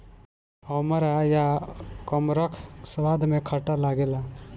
अमड़ा या कमरख स्वाद में खट्ट लागेला